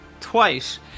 twice